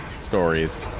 stories